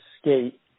skate